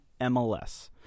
MLS